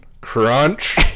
crunch